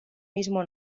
mismo